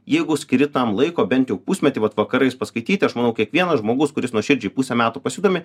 jeigu skiri tam laiko bent jau pusmetį vat vakarais paskaityti aš manau kiekvienas žmogus kuris nuoširdžiai pusę metų pasidomi